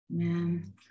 Amen